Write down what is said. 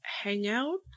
hangout